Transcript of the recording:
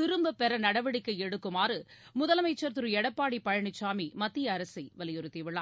திரும்ப பெற நடவடிக்கை எடுக்குமாறு முதலமைச்சர் திரு எடப்பாடி பழனிசாமி மத்திய அரசை வலியுறுத்தி உள்ளார்